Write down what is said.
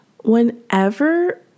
whenever